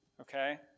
okay